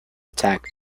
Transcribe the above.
attack